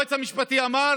שהיועץ המשפטי אמר